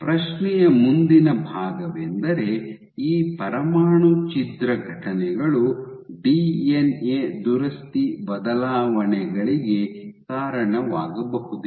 ಪ್ರಶ್ನೆಯ ಮುಂದಿನ ಭಾಗವೆಂದರೆ ಈ ಪರಮಾಣು ಛಿದ್ರ ಘಟನೆಗಳು ಡಿಎನ್ಎ ದುರಸ್ತಿ ಬದಲಾವಣೆಗಳಿಗೆ ಕಾರಣವಾಗಬಹುದೇ